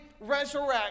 resurrect